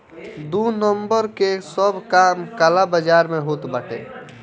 दू नंबर कअ सब काम काला बाजार में होत बाटे